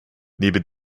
neben